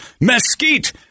mesquite